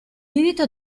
diritto